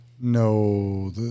No